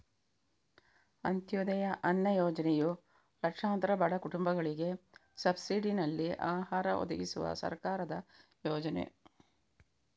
ಅಂತ್ಯೋದಯ ಅನ್ನ ಯೋಜನೆಯು ಲಕ್ಷಾಂತರ ಬಡ ಕುಟುಂಬಗಳಿಗೆ ಸಬ್ಸಿಡಿನಲ್ಲಿ ಆಹಾರ ಒದಗಿಸುವ ಸರ್ಕಾರದ ಯೋಜನೆ